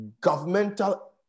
Governmental